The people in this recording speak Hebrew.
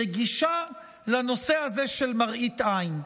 רגישה לנושא הזה של מראית עין,